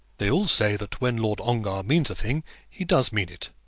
they all say that when lord ongar means a thing he does mean it.